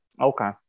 Okay